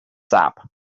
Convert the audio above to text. sap